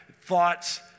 thoughts